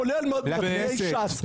כולל מצביעי ש"ס --- סליחה,